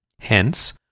Hence